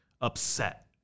upset